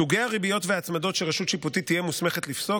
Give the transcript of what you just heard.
סוגי הריביות וההצמדות שרשות שיפוטית תהיה מוסמכת לפסוק,